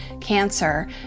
cancer